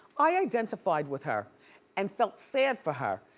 i identified with her and felt sad for her.